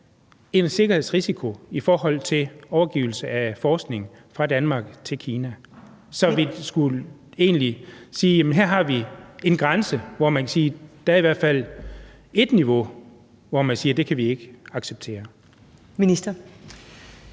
en sikkerhedsrisiko i forhold til overgivelse af forskning fra Danmark til Kina. Så vi skulle egentlig sige, at vi her har en grænse, og vi må kunne sige, at der i hvert fald er et niveau, hvorom vi siger, at det kan vi ikke acceptere. Kl.